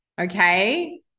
Okay